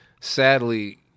Sadly